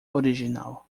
original